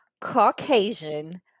caucasian